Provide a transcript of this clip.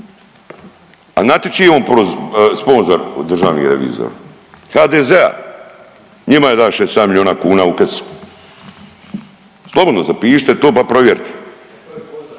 A znate čiji je on sponzor državni revizor? HDZ-a. Njima je dao 6, 7 milijuna kuna u kesu, slobodno zapišite to pa provjerite.